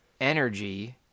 energy